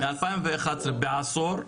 בעשור.